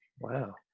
wow